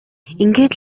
ингээд